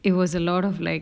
it was a lot of like